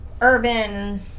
urban